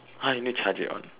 I need to charge it one